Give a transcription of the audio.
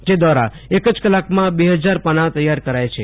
જે દ્રારા એક કલાકમાં ર ફજાર પાના તૈયાર કરાય છે